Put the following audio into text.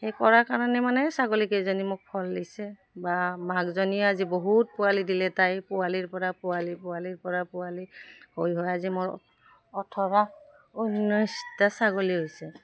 সেই কৰাৰ কাৰণে মানে ছাগলীকেইজনী মোক ফল দিছে বা মাকজনীয়ে আজি বহুত পোৱালি দিলে তাই পোৱালিৰ পৰা পোৱালি পোৱালিৰ পৰা পোৱালি হৈ হৈ আজি মোৰ ওঠৰ ঊনৈছটা ছাগলী হৈছে